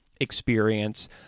experience